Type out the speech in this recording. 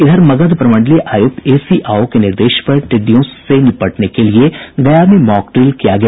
इधर मगध प्रमंडलीय आयुक्त ए सी आओ के निर्देश पर टिड्डियों से निपटने के लिए गया में मॉकड्रिल किया गया